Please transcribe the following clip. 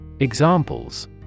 Examples